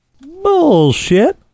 Bullshit